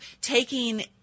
taking